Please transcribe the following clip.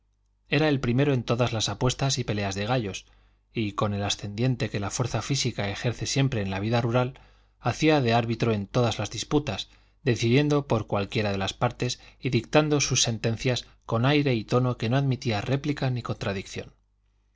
era el primero en todas las apuestas y peleas de gallos y con el ascendiente que la fuerza física ejerce siempre en la vida rural hacía de árbitro en todas las disputas decidiendo por cualquiera de las partes y dictando sus sentencias con aire y tono que no admitía réplica ni contradicción